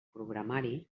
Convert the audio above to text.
programari